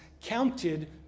counted